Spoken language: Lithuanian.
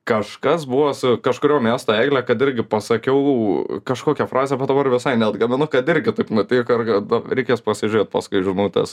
kažkas buvo su kažkurio miesto egle kad irgi pasakiau kažkokią frazę vat dabar visai neatgaminu kad irgi taip nutiko ir ga da reikės pasižiūrėt paskui žinutes